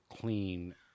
clean